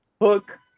Hook